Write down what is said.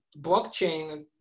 blockchain